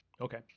Okay